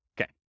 Okay